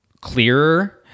clearer